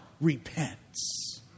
repents